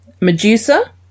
Medusa